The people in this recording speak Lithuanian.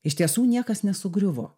iš tiesų niekas nesugriuvo